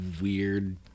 weird